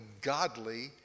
godly